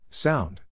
Sound